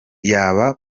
yaba